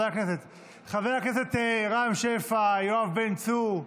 חברי הכנסת רם שפע, יואב בן צור,